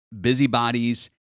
busybodies